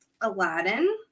Aladdin